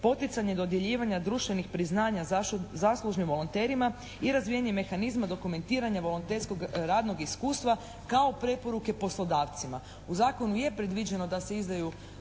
poticanje dodjeljivanja društvenih priznanja zaslužnim volonterima i razvijanje mehanizma, dokumentiranje volonterskog radnog iskustva kao preporuke poslodavcima. U zakonu je predviđeno da se izdaju